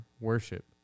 worship